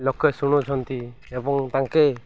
ଲୋକେ ଶୁଣୁଛନ୍ତି ଏବଂ ତାଙ୍କେ